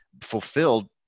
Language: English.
fulfilled